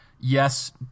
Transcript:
yes